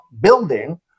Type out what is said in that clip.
building